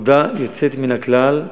עבודה יוצאת מן הכלל.